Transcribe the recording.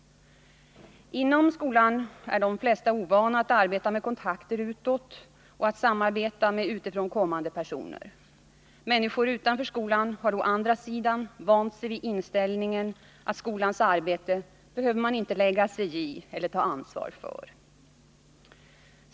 Inom skolan är de flesta ovana att arbeta med kontakter utåt och att samarbeta med utifrån kommande personer. 101 Människor utanför skolan har å andra sidan vant sig vid inställningen att skolans arbete behöver man inte lägga sig i eller ta ansvar för.